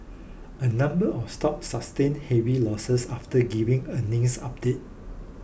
a number of stocks sustained heavy losses after giving earnings updates